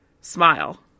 smile